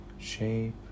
shape